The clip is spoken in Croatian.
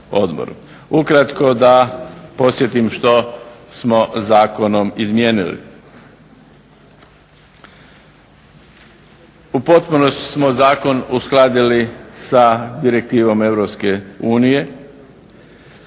Ukratko da posjetim što smo zakonom izmijenili. U potpunosti smo zakon uskladili sa direktivom EU,